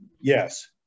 Yes